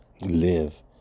live